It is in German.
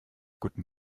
guten